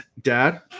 dad